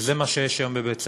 וזה מה שיש היום ב"בצלאל",